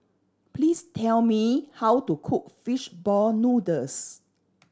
please tell me how to cook fish ball noodles